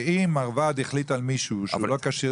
שאם מרב"ד החליט על מישהו שהוא לא כשיר